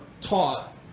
taught